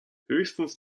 höchstens